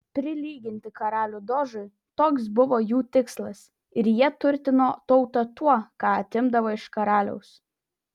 prilyginti karalių dožui toks buvo jų tikslas ir jie turtino tautą tuo ką atimdavo iš karaliaus